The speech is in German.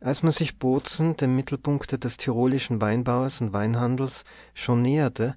als man sich bozen dem mittelpunkte des tirolischen weinbaues und weinhandels schon näherte